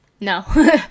no